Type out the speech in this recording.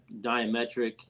Diametric